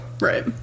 Right